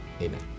Amen